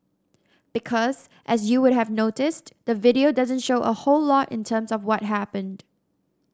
because as you would have noticed the video doesn't show a whole lot in terms of what happened